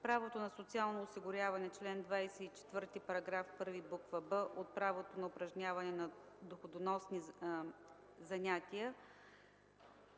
правото на социално осигуряване (чл. 24, § 1, буква „б”), правото на упражняване на доходоносни занятия